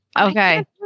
Okay